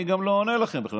אני גם לא עונה לכם בכלל,